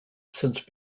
since